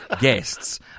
guests